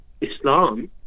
Islam